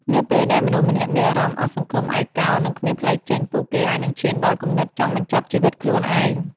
នៅពេលដែលមនុស្សម្នាក់មានអារម្មណ៍អស់សង្ឃឹម ឯកោ និងគ្មានផ្លូវចេញ ពួកគេអាចនឹងឈានដល់គំនិតចង់បញ្ចប់ជីវិតខ្លួនឯង។